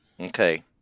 Okay